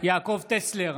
יעקב טסלר,